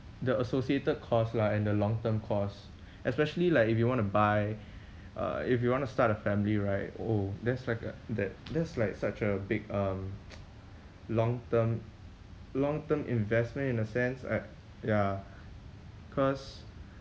the associated costs lah and the long term costs especially like if you want to buy uh if you want to start a family right oh that's like uh that that's like such a big um long term long term investment in a sense I ya cause